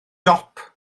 dop